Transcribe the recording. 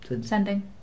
Sending